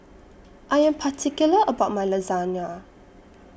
I Am particular about My Lasagna